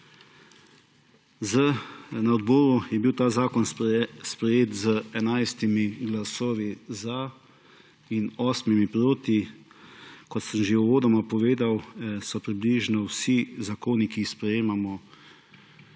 Na odboru je bil ta zakon sprejet z 11 glasovi za in 8 proti. Kot sem že uvodoma povedal, so približno vsi zakoni, ki jih sprejemamo,